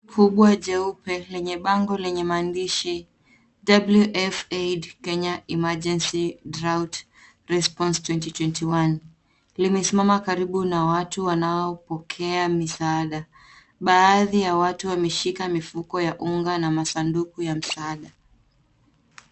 kubwa jeupe lenye bango lenye maandishi WF-AID Emergency drought response 2021 . Limesimama na watu wanaopokea misaada. Baadhi ya watu wameshika mifuko ya unga na masanduku ya msaada.